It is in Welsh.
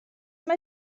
mae